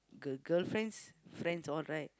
girl girlfriend's friends all right